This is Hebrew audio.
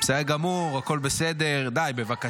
לא, עכשיו